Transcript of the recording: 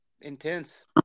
intense